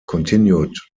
continued